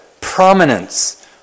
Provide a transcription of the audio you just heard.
prominence